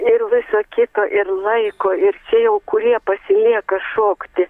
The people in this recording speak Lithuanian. ir viso kito ir laiko ir čia jau kurie pasilieka šokti